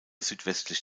südwestlich